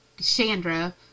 Chandra